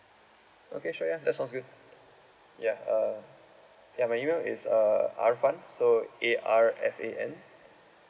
okay sure ya that's sounds good ya uh ya my email is uh arfan so A R F A N